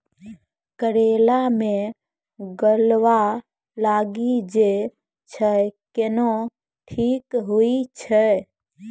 करेला मे गलवा लागी जे छ कैनो ठीक हुई छै?